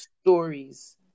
stories